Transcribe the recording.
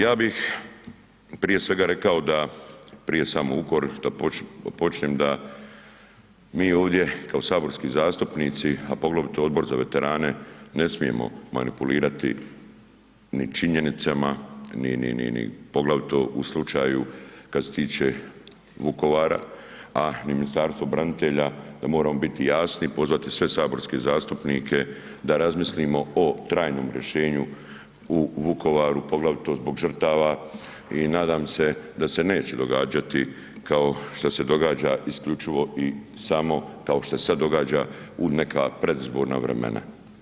Ja bih prije svega rekao da prije samog ... da počnem da mi ovdje kao saborski zastupnici a poglavito Odbor za veterane ne smijemo manipulirati ni činjenicama, poglavito u slučaju kada se tiče Vukovara a ni Ministarstvo branitelja, da moramo biti jasni i pozvati sve saborske zastupnike da razmislimo o trajnom rješenju u Vukovaru poglavito zbog žrtava i nadam se da se neće događati kao što se događa isključivo i samo kao što se sada događa u neka predizborna vremena.